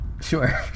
Sure